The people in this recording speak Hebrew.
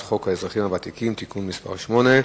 חוק האזרחים הוותיקים (תיקון מס' 8),